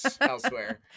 elsewhere